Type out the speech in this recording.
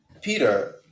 Peter